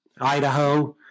Idaho